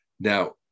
Now